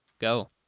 go